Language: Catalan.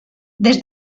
des